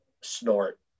snort